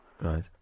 Right